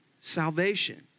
Salvation